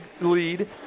lead